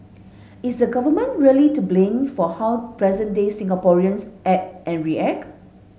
is the Government really to blame for how present day Singaporeans act and react